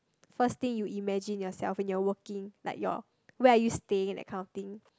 first thing you imagine yourself when you're working like your where are you staying that kind of thing